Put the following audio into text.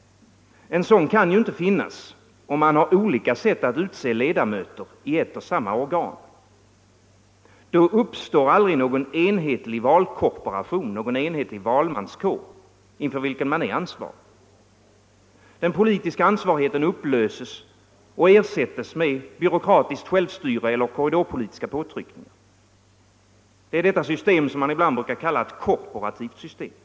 En sådan kan inte finnas om man har olika sätt att utse ledamöter i ett och samma organ. Då uppstår aldrig någon enhetlig valkorporation, någon enhetlig valmanskår, inför vilken man är ansvarig. Den politiska ansvarigheten upplöses och ersätts med byråkratiskt självstyre eller korridorpolitiska påtryckningar. Det är detta system som man ibland brukar kalla ett korporativt system.